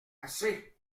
assez